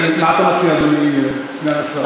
מה אתה מציע, אדוני סגן השר?